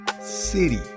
city